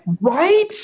Right